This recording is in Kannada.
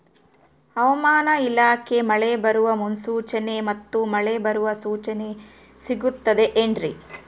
ಹವಮಾನ ಇಲಾಖೆ ಮಳೆ ಬರುವ ಮುನ್ಸೂಚನೆ ಮತ್ತು ಮಳೆ ಬರುವ ಸೂಚನೆ ಸಿಗುತ್ತದೆ ಏನ್ರಿ?